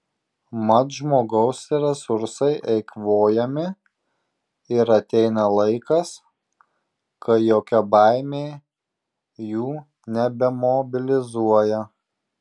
mat žmogaus resursai eikvojami ir ateina laikas kai jokia baimė jų nebemobilizuoja